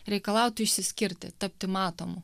reikalautų išsiskirti tapti matomu